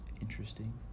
interesting